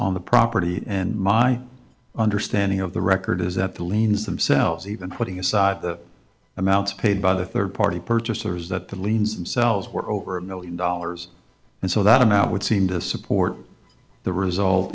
on the property and my understanding of the record is that the liens themselves even putting aside the amounts paid by the rd party purchasers that the liens themselves were over a one million dollars and so that amount would seem to support the result